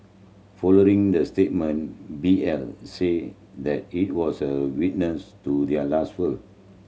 following the statement B L said that he was a witness to the last will